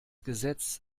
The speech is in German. gesetz